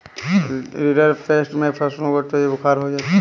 rinderpest में पशुओं को तेज बुखार हो जाता है